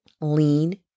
lean